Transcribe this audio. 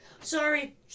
Sorry